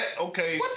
okay